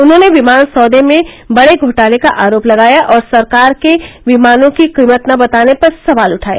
उन्होंने विमान सौदे में बडे घोटाले का आरोप लगाया और सरकार के विमानों की कीमत न बताने पर सवाल उठाया